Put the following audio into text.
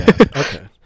Okay